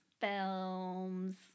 films